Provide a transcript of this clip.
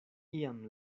iam